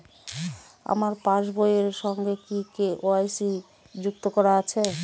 আমার পাসবই এর সঙ্গে কি কে.ওয়াই.সি যুক্ত করা আছে?